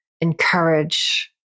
encourage